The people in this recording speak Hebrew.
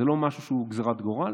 זה לא משהו שהוא גזרת גורל,